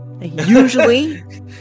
Usually